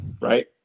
Right